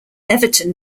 everton